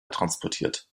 transportiert